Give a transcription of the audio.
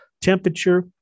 Temperature